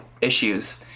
issues